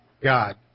God